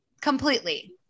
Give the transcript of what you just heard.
completely